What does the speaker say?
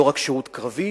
לא רק שירות קרבי,